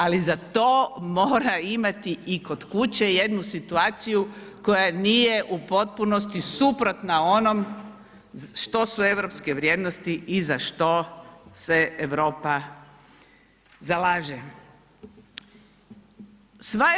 Ali za to mora imati i kod kuće jednu situaciju koja nije u potpunosti suprotna onom što su europske vrijednosti i za što se Europa zalaže.